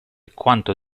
quanto